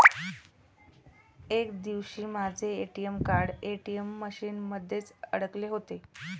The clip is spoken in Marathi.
एक दिवशी माझे ए.टी.एम कार्ड ए.टी.एम मशीन मध्येच अडकले होते